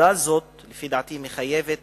עובדה זאת, לפי דעתי, מחייבת